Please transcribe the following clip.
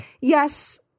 Yes